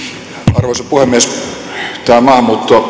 arvoisa puhemies tämä maahanmuutto